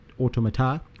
Automata